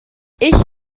ich